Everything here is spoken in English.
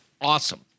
awesome